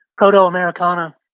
Proto-Americana